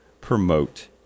promote